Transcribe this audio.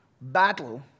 battle